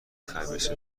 خبیث